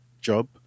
job